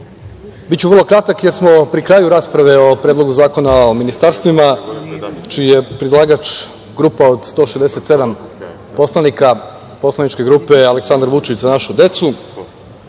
vrlo kratak, jer smo pri kraju rasprave o Predlogu zakona o ministarstvima čiji je predlagač grupa od 167 poslanika poslaničke grupe Aleksandar Vučić – Za našu decu. Mi